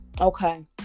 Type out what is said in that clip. Okay